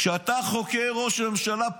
כשאתה חוקר ראש ממשלה,